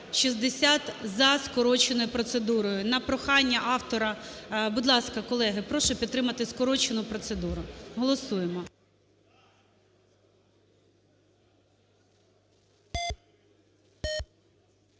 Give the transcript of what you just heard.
7060 за скороченою процедурою, на прохання автора. Будь ласка, колеги, прошу підтримати скорочену процедуру. Голосуємо.